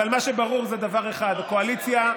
אבל מה שברור זה דבר אחד: הקואליציה,